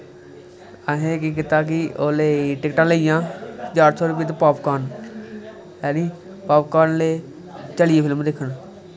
असैं केह् कीता की टिकटां लेइयां यार साढ़े बिंद पॉपकोन हैनी पॉपकोन ले चलिये फिल्म दिक्खन